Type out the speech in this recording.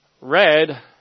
Red